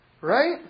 Right